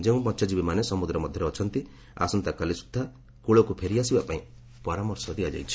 ଯେଉଁ ମହ୍ୟଜୀବୀମାନେ ସମୁଦ୍ର ମଧ୍ୟରେ ଅଛନ୍ତି ଆସନ୍ତାକାଲି ସୁଦ୍ଧା କୂଳକୁ ଫେରିଆସିବାପାଇଁ ପରାମର୍ଶ ଦିଆଯାଇଛି